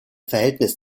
verhältnis